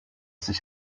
sich